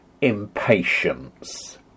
impatience